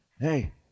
Hey